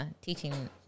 teaching